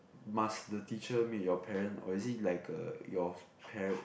must the teacher meet your parent or is it like a your par~